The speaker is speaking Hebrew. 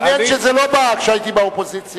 מעניין שזה לא בא כשהייתי באופוזיציה.